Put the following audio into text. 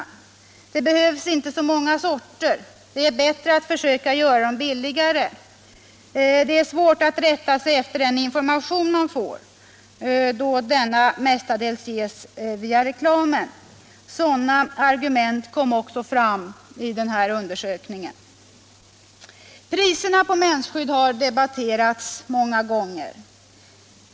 ”Det behövs inte så många sorter. Det är bättre att försöka göra dem billigare.” ”Det är svårt att rätta sig efter den information man får, då denna mestadels ges via reklamen.” Priserna på mensskydd har debatterats många gånger.